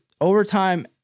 overtime